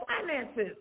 finances